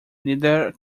neither